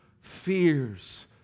fears